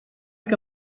que